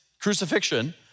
crucifixion